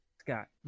scott